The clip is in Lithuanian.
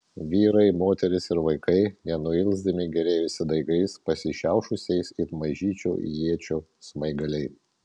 vyrai moterys ir vaikai nenuilsdami gėrėjosi daigais pasišiaušusiais it mažyčių iečių smaigaliai